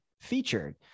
featured